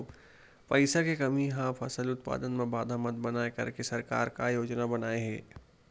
पईसा के कमी हा फसल उत्पादन मा बाधा मत बनाए करके सरकार का योजना बनाए हे?